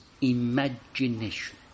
imagination